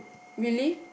really